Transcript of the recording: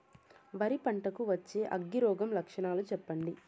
వరి పంట కు వచ్చే అగ్గి రోగం లక్షణాలు చెప్పండి?